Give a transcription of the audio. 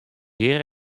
hjir